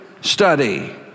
study